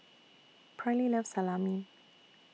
Perley loves Salami